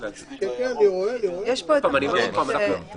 שיהיה סייג לפעילות פוליטית באשר היא מתקנות לפי החוק.